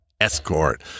escort